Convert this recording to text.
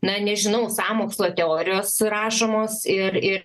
na nežinau sąmokslo teorijos rašomos ir ir